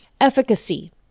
Efficacy